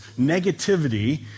negativity